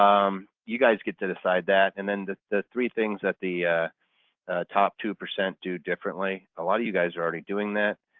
um you guys get to decide that and then the three things that the top two percent do differently, a lot of you guys are already doing that